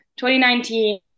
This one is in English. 2019